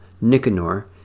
Nicanor